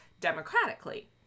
democratically